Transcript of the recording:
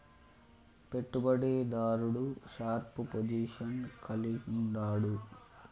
పెట్టుబడి దారుడు sharp position కలిగుండాడు